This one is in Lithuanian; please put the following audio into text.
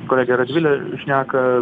kolegė radvilė šneka